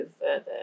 further